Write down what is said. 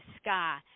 sky